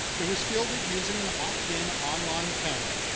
it was fielded using an opt-in online panel.